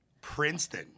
Princeton